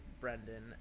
Brendan